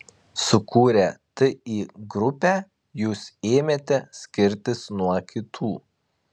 sukūrę ti grupę jūs ėmėte skirtis nuo kitų